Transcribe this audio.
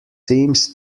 seems